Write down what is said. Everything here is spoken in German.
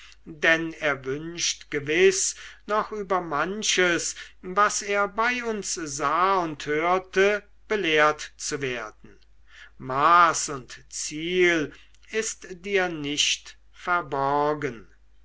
denn er wünscht gewiß noch über manches was er bei uns sah und hörte belehrt zu werden maß und ziel ist dir nicht verborgen